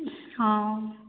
ହଁ